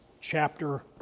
chapter